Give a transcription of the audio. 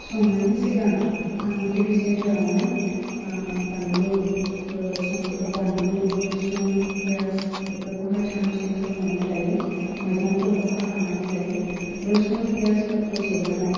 संनायनि सिगां आङो गिबिसिन थारावनो बानलु सं बानलु रुसुन पेयास बेफोरखौहाय थाम थिम खालामनानै लायो मैगंफोरखौ हाखानानै लायो रुसुन पेयासफोरखौ जिरनानै